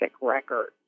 records